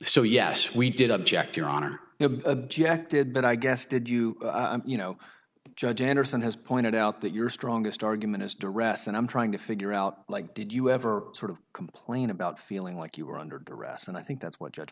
so yes we did object your honor a jack did but i guess did you you know judge anderson has pointed out that your strongest argument is direct and i'm trying to figure out like did you ever sort of complain about feeling like you were under duress and i think that's what judge